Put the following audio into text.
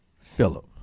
philip